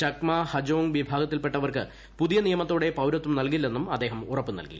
ചക്മ ഹജോംഗ് വിഭാഗത്തിൽപ്പെട്ടവർക്ക് പുതിയ നിയമത്തോടെ പൌരത്വം നൽകില്ലെന്നും അദ്ദേഹം ഉറപ്പുനൽകി